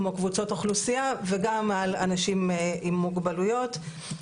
כמו קבוצות אוכלוסייה וגם על אנשים עם מוגבלויות.